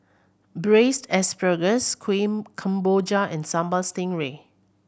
Braised Asparagus Kueh Kemboja and Sambal Stingray